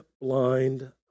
blind